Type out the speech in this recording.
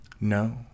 no